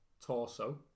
torso